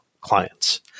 clients